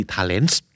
Talents